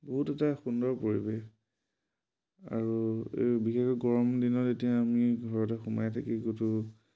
বহুত এটা সুন্দৰ পৰিৱেশ আৰু বিশেষকৈ গৰম দিনত এতিয়া আমি ঘৰতে সোমাই থাকি গোটেই